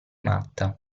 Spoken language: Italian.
matta